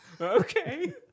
Okay